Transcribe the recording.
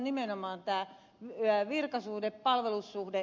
nimenomaan tämä virkasuhde palvelussuhde